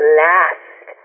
last